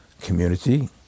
community